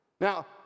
Now